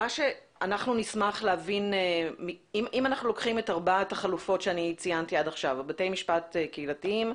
אנחנו לוקחים את ארבעת החלופות שציינתי עד עכשיו בתי משפט קהילתיים,